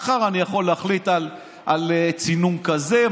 מחר אני יכול להחליט על צינון כזה,